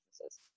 businesses